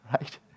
right